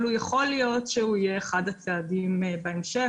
אבל יכול להיות שהוא יהיה אחד הצעדים בהמשך.